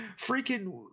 freaking